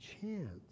chance